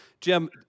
Jim